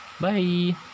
Bye